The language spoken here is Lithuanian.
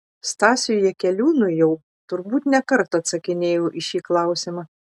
stasiui jakeliūnui jau turbūt ne kartą atsakinėjau į šį klausimą